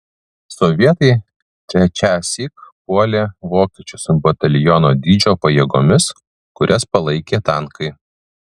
sovietai trečiąsyk puolė vokiečius bataliono dydžio pajėgomis kurias palaikė tankai